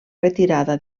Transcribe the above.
retirada